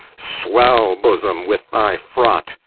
swell, bosom, with thy fraught,